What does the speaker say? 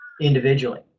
individually